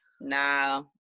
nah